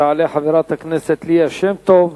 תעלה חברת הכנסת ליה שמטוב,